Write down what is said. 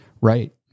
Right